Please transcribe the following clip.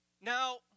Now